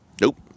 nope